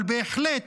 אבל בהחלט,